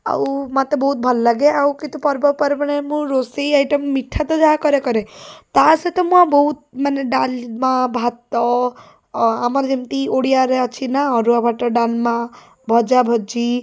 ଆଉ ମୋତେ ବହୁତ ଭଲଲାଗେ ଆଉ କିନ୍ତୁ କେତେ ପର୍ବପର୍ବାଣିରେ ମୁଁ ରୋଷେଇ ଆଇଟମ୍ ମିଠା ତ ଯାହାକରେ କରେ ତାହା ସହିତ ମୁଁ ଆଉ ବହୁତ ମାନେ ଡାଲମା ଭାତ ଆମର ଯେମିତି ଓଡ଼ିଆରେ ଅଛି ନା ଅରୁଆ ଭାତ ଡାଲମା ଭଜାଭଜି